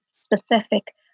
specific